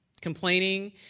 Complaining